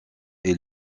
est